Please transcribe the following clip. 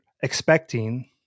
expecting